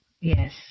Yes